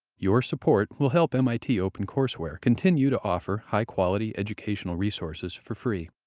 your support will help mit opencourseware continue to offer high-quality educational resources for free.